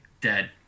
dead